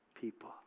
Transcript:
people